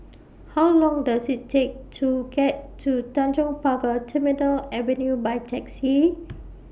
How Long Does IT Take to get to Tanjong Pagar Terminal Avenue By Taxi